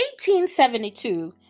1872